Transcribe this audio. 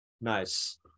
Nice